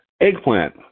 Eggplant